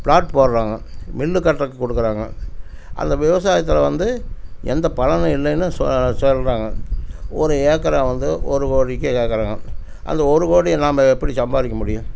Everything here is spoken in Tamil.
ப்ளாட் போடுகிறாங்க மில்லு கட்டுறதுக்கு கொடுக்குறாங்க அந்த விவசாயத்தில் வந்து எந்த பலனும் இல்லைன்னு சொ சொல்கிறாங்க ஒரு ஏக்கரை வந்து ஒரு கோடிக்கு கேட்குறாங்க அந்த ஒரு கோடியை நாம் எப்படி சம்பாதிக்க முடியும்